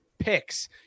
picks